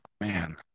man